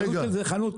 העלות של זה בחנות,